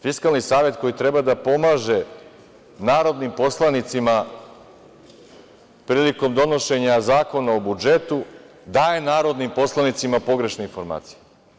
Fiskalni savet koji treba da pomaže narodnim poslanicima prilikom donošenja zakona o budžetu daje narodnim poslanicima pogrešne informacije.